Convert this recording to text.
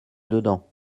dedans